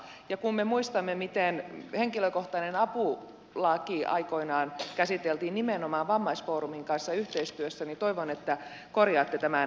ja kun me muistamme miten henkilökohtaisen avun laki aikoinaan käsiteltiin nimenmaan vammaisfoorumin kanssa yhteistyössä niin toivon että korjaatte tämän väärinymmärryksen